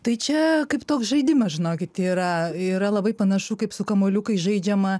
tai čia kaip toks žaidimas žinokit yra yra labai panašu kaip su kamuoliukais žaidžiama